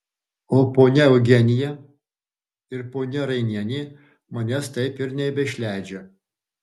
o ponia eugenija ir ponia rainienė manęs taip ir nebeišleidžia